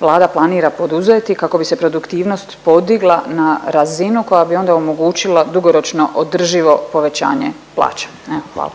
Vlada planira poduzeti kako bi se produktivnost podigla na razinu koja bi onda omogućila dugoročno održivo povećanje plaća? Hvala.